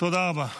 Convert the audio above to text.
תודה רבה.